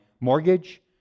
mortgage